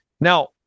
Now